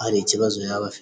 hari ikibazo yaba afite.